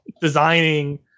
designing